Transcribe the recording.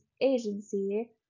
Agency